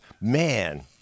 Man